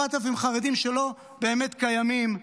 4,000 חרדים שלא באמת קיימים,